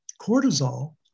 cortisol